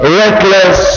reckless